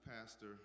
Pastor